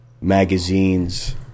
magazines